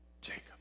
Jacob